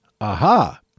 Aha